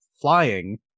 flying